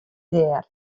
dêr